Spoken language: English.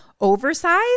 oversized